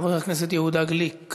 חבר הכנסת יהודה גליק,